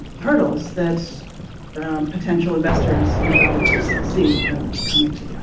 hurdles that potential investors and developers see coming to the ah